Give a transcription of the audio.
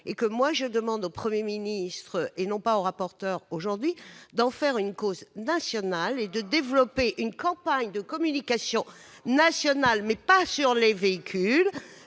sociale. Je demande au Premier ministre, et non pas au rapporteur, d'en faire une cause nationale et de développer une campagne de communication nationale, non pas sur les véhicules,